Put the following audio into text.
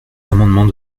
amendement